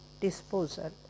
disposal